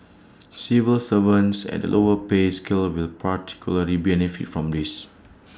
civil servants at the lower pay scale will particularly benefit from this